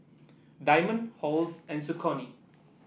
Diamond Halls and Saucony